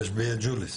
יש בג'וליס.